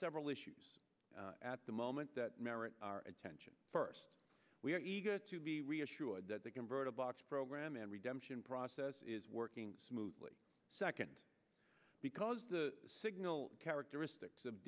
several issues at the moment that merit our attention first we are eager to be reassured that the converter box program and redemption process is working smoothly second because the signal characteristics of